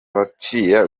bapfira